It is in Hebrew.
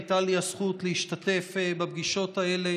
הייתה לי הזכות להשתתף בפגישות האלה